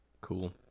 cool